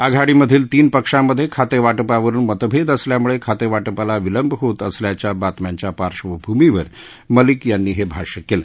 आघाडीमधील तीन पक्षांमधे खातेवा पिवरून मतभेद असल्यामुळे खातेवा पिला विलंब होत असल्याच्या बातम्यांच्या पार्श्वभूमीवर मलिक यांनी हे भाष्य केले